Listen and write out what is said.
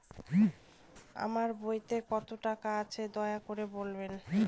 আমার বইতে কত টাকা আছে দয়া করে বলবেন?